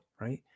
right